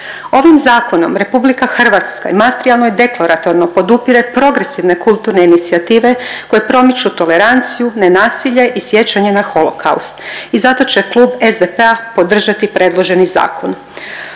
Ovim zakonom RH i materijalno i deklaratorno podupire progresivne kulturne inicijative koje promiču toleranciju, nenasilje i sjećanje na holokaust i zato će Klub SDP-a podržati predložen zakon.